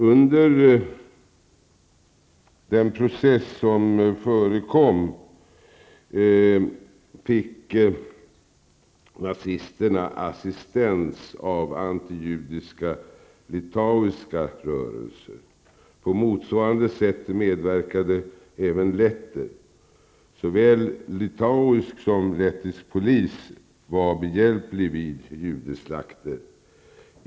Under den process som förekom fick nazisterna assistans av antijudiska litauiska rörelser. På motsvarande sätt medverkade även letter. Såväl litauisk som lettisk polis var behjälplig vid judeslakter.